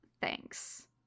thanks